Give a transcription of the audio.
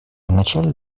начале